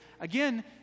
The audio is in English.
Again